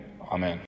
Amen